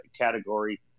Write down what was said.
category